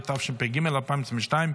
התשפ"ג 2022,